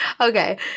Okay